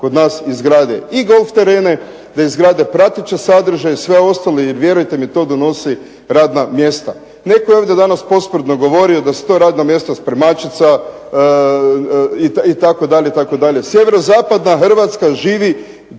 kod nas izgrade. I golf terene, da izgrade prateće sadržaje i sve ostalo. Jer vjerujte mi to donosi radna mjesta. Netko je ovdje danas posprdno govorio da su to radna mjesta spremačica itd., itd. Sjeverozapadna Hrvatska živi